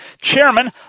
Chairman